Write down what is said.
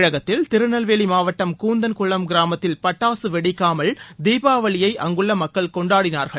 தமிழகத்தில் திருநெல்வேலி மாவட்டம் கூந்தன்குளம் கிராமத்தில் பட்டாசு வெடிக்காமல் தீபாவளியய அங்குள்ள மக்கள் கொண்டாடினார்கள்